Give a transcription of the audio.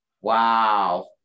Wow